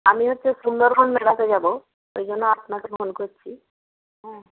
আমি হচ্ছে সুন্দরবন বেড়াতে যাব ওই জন্য আপনাকে ফোন করছি হ্যাঁ